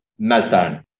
meltdown